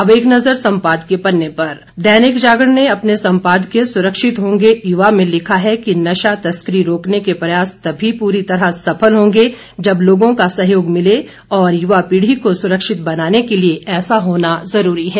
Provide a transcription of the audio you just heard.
अब एक नज़र संपादकीय पन्ने पर दैनिक जागरण ने अपने सम्पादकीय सुरक्षित होंगे युवा में लिखा है कि नशा तस्करी रोकने के प्रयास तभी पूरी तरह सफल होंगे जब लोगों का सहयोग मिले और युवा पीढ़ी को सुरक्षित बनाने के लिए ऐसा होना जरूरी है